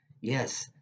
yes